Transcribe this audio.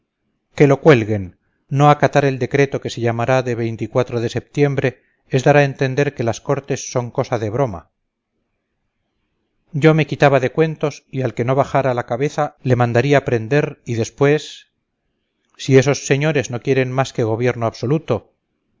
que lo cuelguen no acatar el decreto que se llamará de de setiembre es dar a entender que las cortes son cosa de broma yo me quitaba de cuentos y al que no bajara la cabeza le mandaría prender y después si esos señores no quieren más que gobierno absoluto